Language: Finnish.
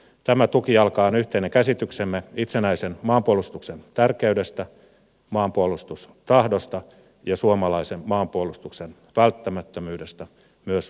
tämä tukijalka on yhteinen käsityksemme itsenäisen maanpuolustuksen tärkeydestä maanpuolustustahdosta ja suomalaisen maanpuolustuksen välttämättömyydestä myös tulevina vuosina